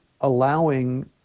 allowing